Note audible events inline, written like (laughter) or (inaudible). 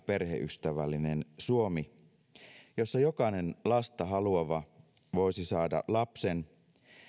(unintelligible) perheystävällinen suomi jossa jokainen lasta haluava voisi saada lapsen